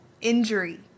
injury